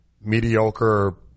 mediocre